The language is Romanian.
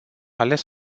ales